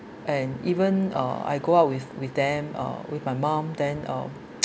and even uh I go out with with them uh with my mum then um